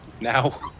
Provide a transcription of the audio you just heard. now